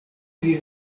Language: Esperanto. pri